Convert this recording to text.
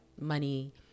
money